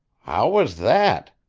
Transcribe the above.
how was that?